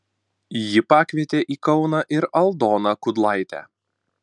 ji pakvietė į kauną ir aldoną kudlaitę